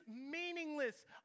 meaningless